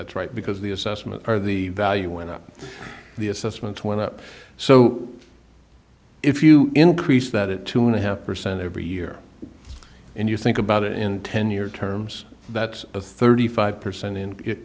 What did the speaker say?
that's right because the assessment of the value went up the assessments went up so if you increase that it to want to have percent every year and you think about it in ten year terms that's a thirty five percent and it